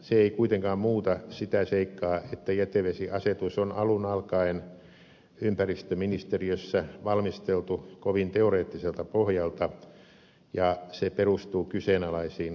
se ei kuitenkaan muuta sitä seikkaa että jätevesiasetus on alun alkaen ympäristöministeriössä valmisteltu kovin teoreettiselta pohjalta ja se perustuu kyseenalaisiin taustaoletuksiin